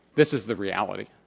this is the reality.